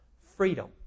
freedom